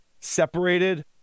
separated